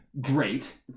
Great